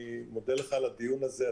אני מודה לכם על הדיון הזה.